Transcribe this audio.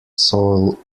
soil